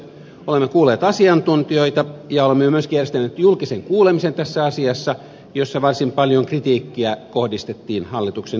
olemme kuulleet asiantuntijoita ja olemme myöskin järjestäneet tässä asiassa julkisen kuulemisen jossa varsin paljon kritiikkiä kohdistettiin hallituksen esitykseen